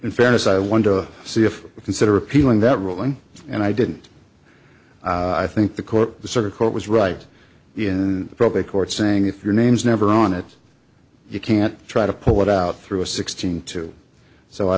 in fairness i want to see if you consider appealing that ruling and i didn't i think the court sort of quote was right in probate court saying if your name's never on it you can't try to pull it out through a sixteen two so i